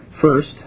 First